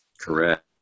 Correct